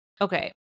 Okay